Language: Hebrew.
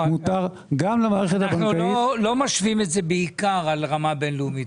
אנחנו לא משווים את זה בעיקר לרמה הבין לאומית.